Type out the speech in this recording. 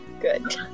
Good